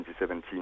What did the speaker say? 2017